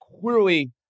clearly